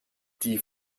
die